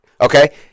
Okay